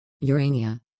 urania